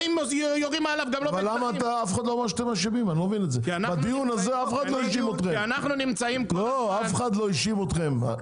באים ויורים עליו --- בדיון הזה אף אחד לא האשים אתכם.